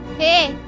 hey